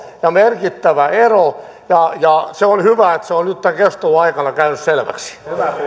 ja merkittävä ero ja se on hyvä että se on nyt tämän keskustelun aikana käynyt selväksi